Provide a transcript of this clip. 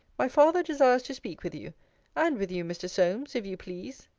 my father desires to speak with you and with you, mr. solmes, if you please.